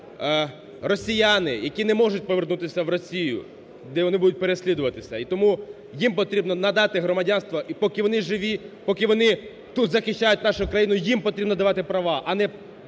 росіяни, які не можуть повернутись в Росію, де вони будуть переслідуватись. І тому їм потрібно надати громадянство. І поки вони живі, поки вони тут захищають нашу Україну, їм потрібно давати права, а не